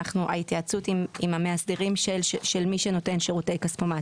ההתייעצות היא עם המאסדרים של מי שנותן שירותי כספומט.